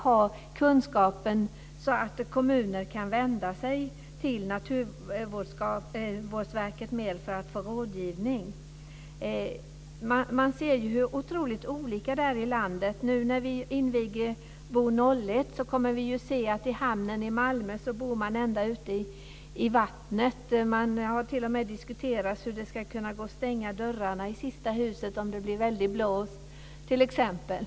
Man skulle ha kunskapen, så att kommuner kan vända sig till Naturvårdsverket mer för att få rådgivning. Man ser ju hur otroligt olika det är i landet. När Bo01 invigs kommer vi ju att se att man i hamnen i Malmö bor ända ute i vattnet. Det har t.o.m. diskuterats hur man ska kunna stänga dörrarna i det sista huset om det blir en väldig blåst t.ex.